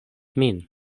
min